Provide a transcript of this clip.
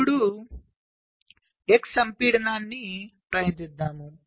ఇప్పుడు x సంపీడనాన్ని ప్రయత్నిద్దాం